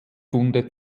funde